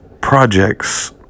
projects